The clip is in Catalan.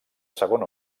segon